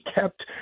kept